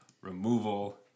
removal